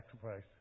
sacrifice